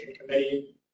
Committee